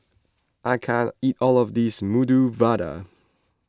I can't eat all of this Medu Vada